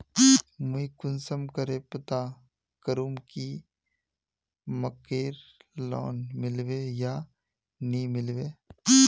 मुई कुंसम करे पता करूम की मकईर लोन मिलबे या नी मिलबे?